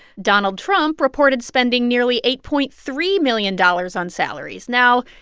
donald trump reported spending nearly eight point three million dollars on salaries. now,